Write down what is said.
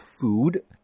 food